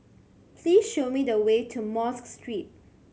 please show me the way to Mosque Street